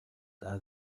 has